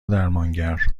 درمانگر